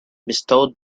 bestowed